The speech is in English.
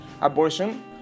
Abortion